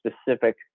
specific